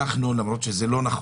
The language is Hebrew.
למרות שזה לא נכון,